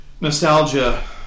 nostalgia